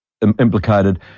implicated